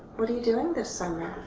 what are you doing this summer?